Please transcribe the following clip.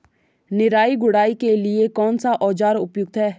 निराई गुड़ाई के लिए कौन सा औज़ार उपयुक्त है?